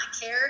care